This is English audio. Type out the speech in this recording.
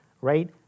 right